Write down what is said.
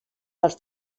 dels